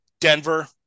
Denver